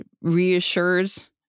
reassures